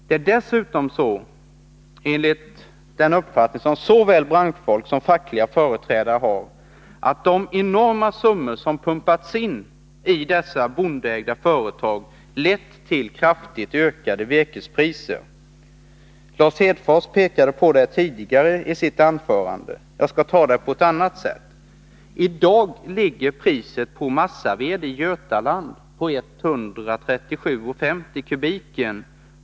Det är dessutom så, enligt den uppfattning som såväl branschfolk som fackliga företrädare har, att de enorma summor som pumpats in i dessa bondeägda företag lett till kraftigt ökade virkespriser. Lars Hedfors pekade på det tidigare i sitt anförande, och jag skall redovisa det på ett annat sätt. I dag ligger priset på massaved i Götaland på 137:50 kr./m?